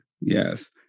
Yes